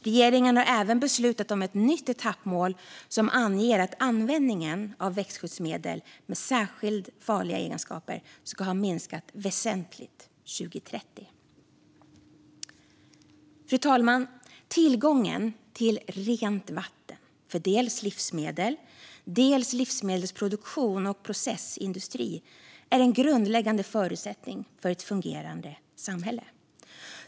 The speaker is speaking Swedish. Regeringen har även beslutat om ett nytt etappmål som anger att användningen av växtskyddsmedel med särskilt farliga egenskaper ska ha minskat väsentligt 2030. Fru talman! Tillgången till rent vatten för dels livsmedel, dels livsmedelsproduktion och processindustri är en grundläggande förutsättning för ett fungerande samhälle.